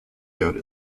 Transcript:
code